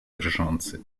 drżący